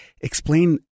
Explain